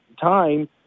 time